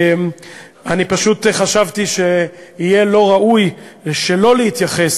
אני פשוט חשבתי שיהיה לא ראוי שלא להתייחס